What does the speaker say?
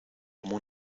como